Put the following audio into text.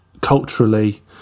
culturally